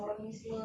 ya lah